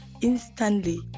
instantly